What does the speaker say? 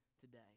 today